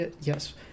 yes